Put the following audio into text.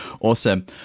Awesome